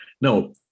No